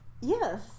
Yes